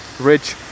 rich